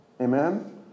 Amen